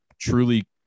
truly